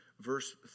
verse